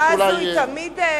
החלופה הזאת היא תמיד,